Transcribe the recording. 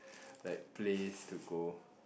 like place to go